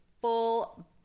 full